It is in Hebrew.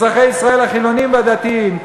אזרחי ישראל החילונים והדתיים,